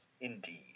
Indeed